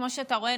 כמו שאתה רואה,